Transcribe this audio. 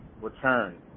return